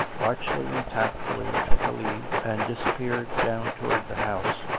archly and tactfully took her leave and disappeared down towards the house,